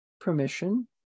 permission